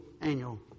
annual